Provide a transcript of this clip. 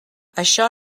això